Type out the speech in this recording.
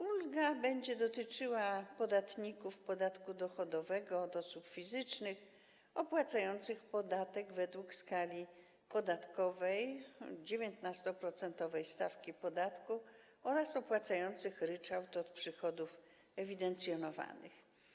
Ulga będzie dotyczyła podatników podatku dochodowego od osób fizycznych opłacających podatek według skali podatkowej, 19-procentowej stawki podatku oraz opłacających ryczałt od przychodów ewidencjonowanych.